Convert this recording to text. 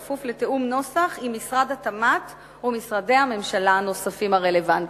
בכפוף לתיאום נוסח עם משרד התמ"ת ומשרדי הממשלה הנוספים הרלוונטיים.